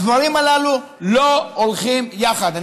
הדברים הללו לא הולכים יחד.